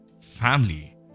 family